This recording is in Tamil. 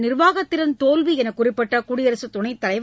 நிர்வாகத்திறன் தோல்வி என்று குறிப்பிட்ட குடியரசுத் துணைத் தலைவர்